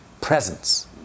presence